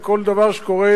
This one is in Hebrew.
כל דבר שקורה,